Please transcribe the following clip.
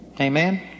Amen